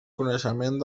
coneixement